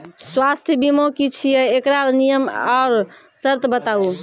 स्वास्थ्य बीमा की छियै? एकरऽ नियम आर सर्त बताऊ?